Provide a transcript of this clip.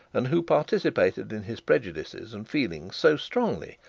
and who participated in his prejudices and feelings so strongly,